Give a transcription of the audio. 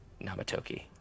Namatoki